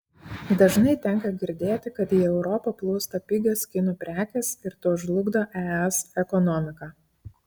dažnai tenka girdėti kad į europą plūsta pigios kinų prekės ir tuo žlugdo es ekonomiką